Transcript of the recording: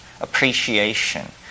Appreciation